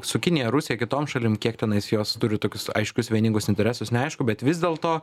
su kinija rusija kitom šalim kiek tenais jos turi tokius aiškius vieningus interesus neaišku bet vis dėlto